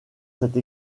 cette